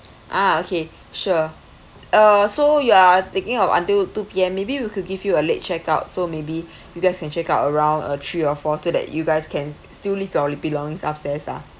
a'ah okay sure uh so you are thinking of until two P_M maybe we could give you a late check out so maybe you guys can check out around uh three or four so that you guys can still leave your belongings upstairs ah